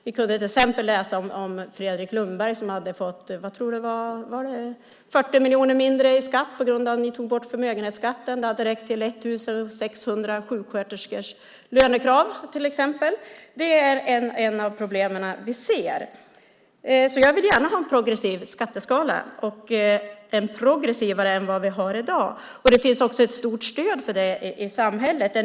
Vi kunde till exempel läsa om Fredrik Lundberg, som hade fått 40 miljoner mindre i skatt - tror jag att det var - på grund av att ni tog bort förmögenhetsskatten. Det hade räckt till 1 600 sjuksköterskors lönekrav, till exempel. Det är ett av de problem vi ser. Jag vill gärna ha en progressiv skatteskala - en mer progressiv än vi har i dag. Det finns också ett stort stöd för det i samhället.